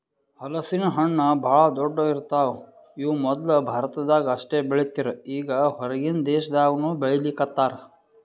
ಹಲಸಿನ ಹಣ್ಣ್ ಭಾಳ್ ದೊಡ್ಡು ಇರ್ತವ್ ಇವ್ ಮೊದ್ಲ ಭಾರತದಾಗ್ ಅಷ್ಟೇ ಬೆಳೀತಿರ್ ಈಗ್ ಹೊರಗಿನ್ ದೇಶದಾಗನೂ ಬೆಳೀಲಿಕತ್ತಾರ್